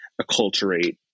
acculturate